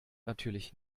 natürlich